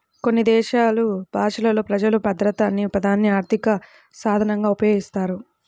కొన్ని దేశాలు భాషలలో ప్రజలు భద్రత అనే పదాన్ని ఆర్థిక సాధనంగా ఉపయోగిస్తారు